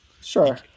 Sure